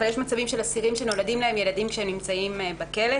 אבל יש מצבים של אסירים שנולדים להם ילדים כשהם נמצאים בכלא.